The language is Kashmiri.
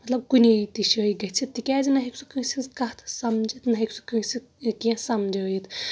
مطلب کُنی تہِ جایہِ گٔژھِتھ تِکیٛازِ نہٕ ہیٚکہِ سُہ کأنٛسہِ ۂنٛز کتھ سمجِتھ نہٕ ہیٚکہِ سُہ کٲنٛسہِ کیٚنٛہہ سمجأوِتھ